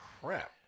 crap